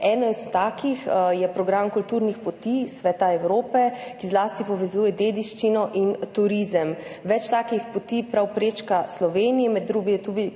Eden takih je program Kulturne poti Sveta Evrope, ki zlasti povezuje dediščino in turizem. Več takih poti prečka Slovenijo, med drugim je tudi